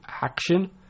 action